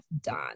done